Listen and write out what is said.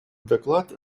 доклад